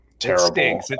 terrible